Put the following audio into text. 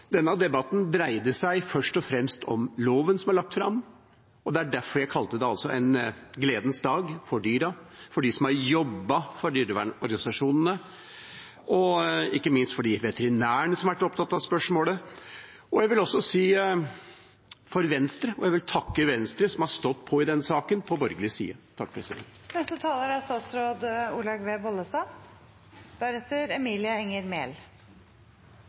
Denne debatten dreier seg først og fremst om loven som er lagt fram, og det er derfor jeg kalte det en gledens dag for dyra, for dem som har jobbet for dyrevernorganisasjonene, ikke minst for de veterinærene som har vært opptatt av dette spørsmålet, og jeg vil også takke Venstre, som har stått på i denne saken på borgerlig side.